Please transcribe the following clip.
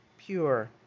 pure